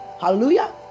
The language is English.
Hallelujah